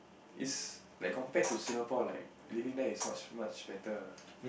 it's like compared to Singapore like living there is so much much more better ah